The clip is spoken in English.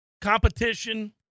competition